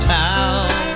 town